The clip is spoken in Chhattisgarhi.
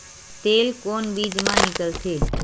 तेल कोन बीज मा निकलथे?